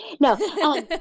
no